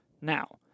Now